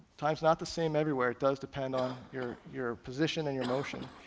time's not the same everywhere, it does depend on your your position and your motion.